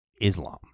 islam